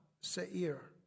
Seir